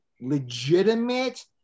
legitimate